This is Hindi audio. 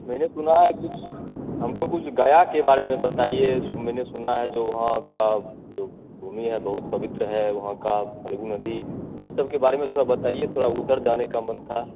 मैंने सुना है कुछ हमको कुछ गया के बारे में बताइए उस मैंने सुना है जो वहाँ का जो भूमि है बहुत पवित्र है वहाँ का फल्गु नदी इस सबके बारे में थोड़ा बताइए थोड़ा उधर जाने का मन था